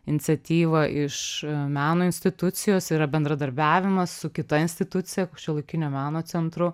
iniciatyva iš meno institucijos yra bendradarbiavimas su kita institucija šiuolaikinio meno centru